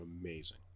amazing